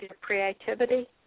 creativity